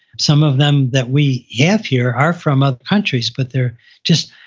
some of them that we have here are from other countries but they're just,